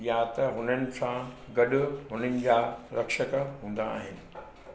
या त हुननि सां गॾु हुननि जा रक्षक हूंदा आहिनि